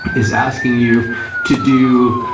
is asking you to do,